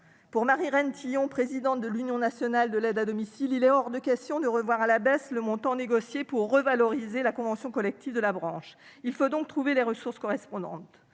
Pour Marie-Reine Tillon, présidente de l'Union nationale de l'aide à domicile, il est hors de question de revoir à la baisse le montant négocié pour revaloriser la convention collective de la branche. Il faut donc trouver les ressources correspondantes.